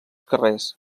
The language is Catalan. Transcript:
carrers